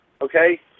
okay